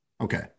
Okay